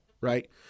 right